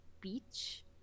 beach